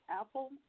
Apple